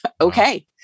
Okay